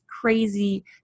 crazy